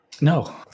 No